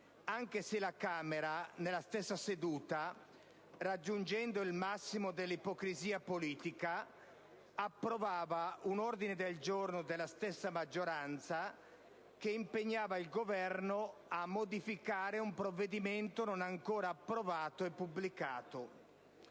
anche se la Camera nella stessa seduta, raggiungendo il massimo dell'ipocrisia politica, approvava un ordine del giorno della stessa maggioranza che impegnava il Governo a modificare un provvedimento non ancora approvato e pubblicato.